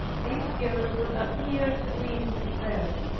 this girl would appear to be in despair.